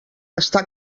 està